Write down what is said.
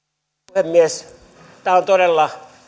puhemies tämä on todella